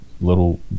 little